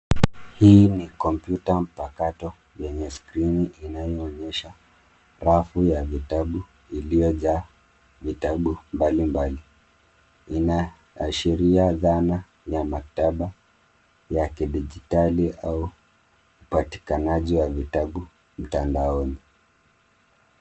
Hii ni kompyuta mpakato yenye skrini inayoonyesha, rafu ya vitabu iliyojaa vitabu mbalimbali inaashiria dhana ya maktaba ya kidijitali au upatikanaji wa vitabu mtandaoni.